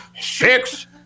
six